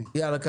בסדר.